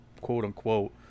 quote-unquote